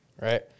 right